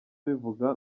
abivuga